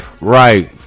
right